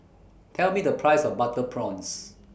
Tell Me The Price of Butter Prawns